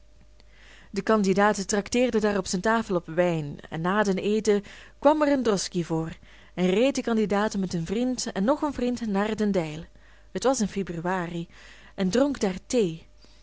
de candidaat tracteerde daarop zijn tafel op wijn en na den eten kwam er een droski voor en reed de candidaat met den vriend en nog een vriend naar den deyl het was in februari en dronk daar thee